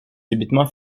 subitement